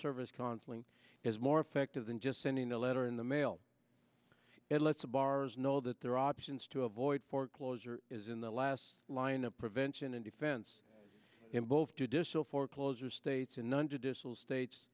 service conflict is more effective than just sending a letter in the mail it lets the bars know that their options to avoid foreclosure is in the last line of prevention and defense in both judicial foreclosure states and none to disallow states